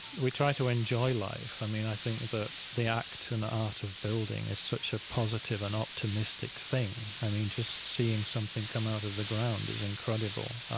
we try to enjoy life. i mean, i think the the act and the art of building is such a positive and optimistic thing. i mean, just seeing something come out of the ground is incredible.